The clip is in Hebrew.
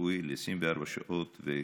הרפואי ל-24 שעות.